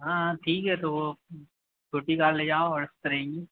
हाँ हाँ ठीक है तो वह छोटी कार ले जाओ और रहेगी